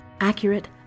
Accurate